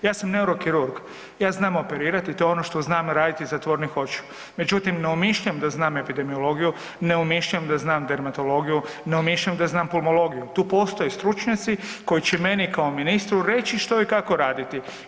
Ja sam neurokirurg, ja znam operirati, to je ono što znam raditi zatvorenih očiju međutim ne umišljam da znam epidemiologiju, ne umišljam da znam dermatologiju, ne umišljam da znam pulmologiju, tu postoje stručnjaci koji će meni kao ministru reći što i kako raditi.